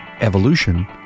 evolution